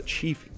Chief